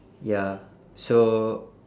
ya so